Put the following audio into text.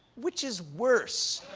which is worse?